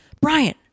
Brian